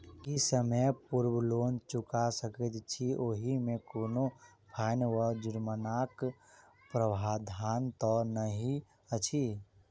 की समय पूर्व लोन चुका सकैत छी ओहिमे कोनो फाईन वा जुर्मानाक प्रावधान तऽ नहि अछि?